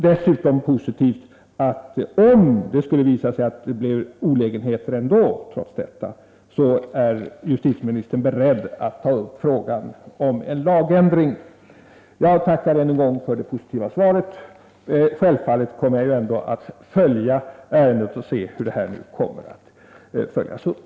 Dessutom är det positivt att justitieministern, om det trots detta skulle visa sig uppstå olägenheter, är beredd att ta upp frågan om en lagändring. Jag tackar än en gång för det positiva svaret. Självfallet kommer jag ändå att följa ärendet och se hur det följs upp.